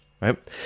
Right